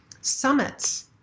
summits